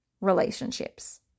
relationships